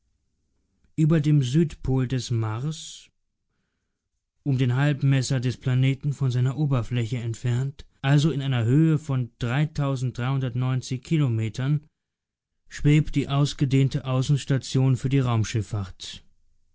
über dem südpol des mars um den halbmesser des planeten von seiner oberfläche entfernt also in einer höhe von kilometern schwebt die ausgedehnte außenstation für die